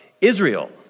Israel